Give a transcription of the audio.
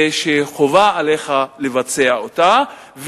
ושחובה עליך לבצע אותה,